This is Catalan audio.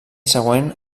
següent